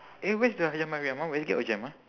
eh where's the hajjah mariam ah westgate or jem ah